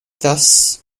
thus